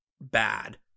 bad